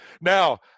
Now